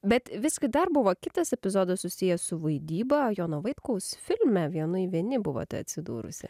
bet visgi dar buvo kitas epizodas susijęs su vaidyba jono vaitkaus filme vienui vieni buvote atsidūrusi